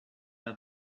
how